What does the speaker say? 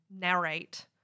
narrate